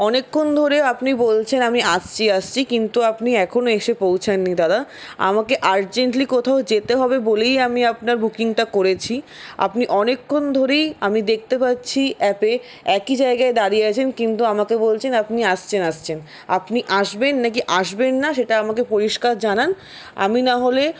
অনেকক্ষণ ধরে আপনি বলছেন আমি আসছি আসছি কিন্তু আপনি এখনও এসে পৌঁছাননি দাদা আমাকে আর্জেন্টলি কোথাও যেতে হবে বলেই আমি আপনার বুকিংটা করেছি আপনি অনেকক্ষণ ধরেই আমি দেখতে পাচ্ছি অ্যাপে একই জায়াগায় দাঁড়িয়ে আছেন কিন্তু আমাকে বলছেন আপনি আসছেন আসছেন আপনি আসবেন নাকি আসবেন না সেটা আমাকে পরিষ্কার জানান আমি নাহলে